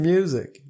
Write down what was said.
Music